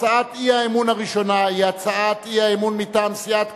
הצעת האי-אמון הראשונה היא הצעת אי-אמון מטעם סיעת קדימה,